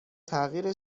تغییر